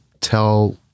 tell